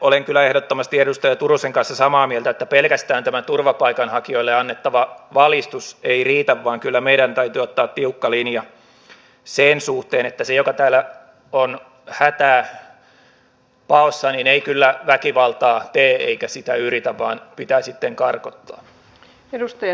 olen kyllä ehdottomasti edustaja turusen kanssa samaa mieltä että pelkästään tämä turvapaikanhakijoille annettava valistus ei riitä vaan kyllä meidän täytyy ottaa tiukka linja sen suhteen että se joka täällä on hätää paossa ei väkivaltaa tee eikä sitä yritä vaan hänet pitää sitten karkottaa